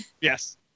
Yes